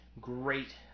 great